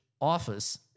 office